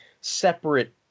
separate